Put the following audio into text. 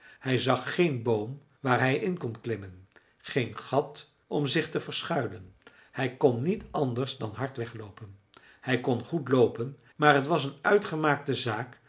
hij zag geen boom waar hij in kon klimmen geen gat om zich te verschuilen hij kon niet anders dan hard wegloopen hij kon goed loopen maar t was een uitgemaakte zaak